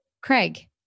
Craig